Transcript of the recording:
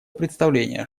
представление